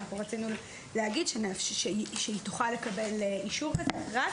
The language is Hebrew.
אנחנו רצינו להגיד שהיא תוכל לקבל אישור כזה רק